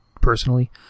personally